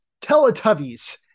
Teletubbies